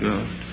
God